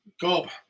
Gob